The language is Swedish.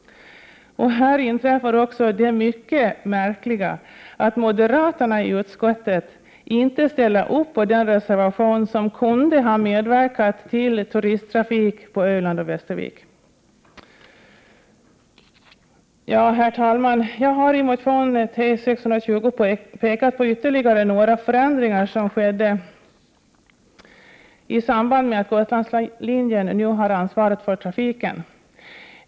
Här inträffar också det mycket märkliga att moderaternaii utskottet inte ställer sig bakom den reservation som kunde ha medverkat till att vi fick turisttrafik till Öland och Västervik. Herr talman! Jag har i motion T620 pekat på ytterligare några förändringar som har ett samband med att Gotlandslinjen nu har ansvaret för trafiken.